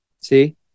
see